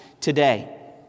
today